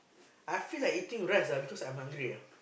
I feel like eating rice ah because I'm hungry ah